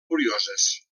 curioses